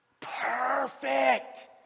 Perfect